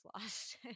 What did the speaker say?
lost